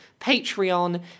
Patreon